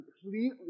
completely